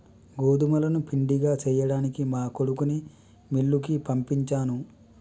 గోదుములను పిండిగా సేయ్యడానికి మా కొడుకుని మిల్లుకి పంపించాను